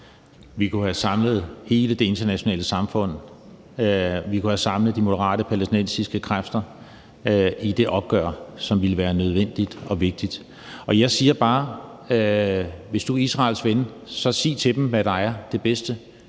Vi kunne have samlet hele det internationale samfund. Vi kunne have samlet de moderate palæstinensiske kræfter i det opgør, som ville være nødvendigt og vigtigt. Jeg siger bare, at hvis du er Israels ven, sig til dem, hvad der er det bedste